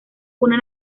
una